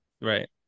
Right